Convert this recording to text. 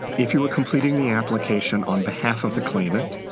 if you are completing the application on behalf of the claimant,